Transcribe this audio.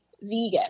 vegan